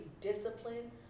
disciplined